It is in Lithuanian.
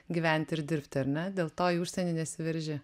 gyventi ir dirbti ar ne dėl to į užsienį nesiverži